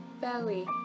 belly